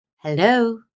hello